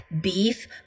beef